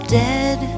dead